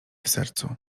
sercu